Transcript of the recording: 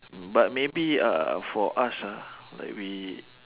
but maybe uh for us ah like we